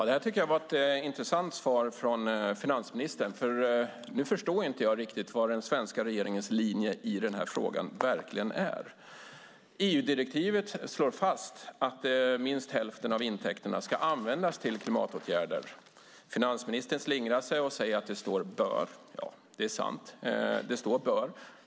Herr talman! Det här var ett intressant svar från finansministern. Nu förstår inte jag riktigt vad den svenska regeringens linje i den här frågan verkligen är. EU-direktivet slår fast att minst hälften av intäkterna ska användas till klimatåtgärder. Finansministern slingrar sig och säger att det står "bör". Ja, det är sant - det står "bör".